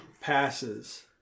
passes